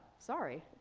sorry.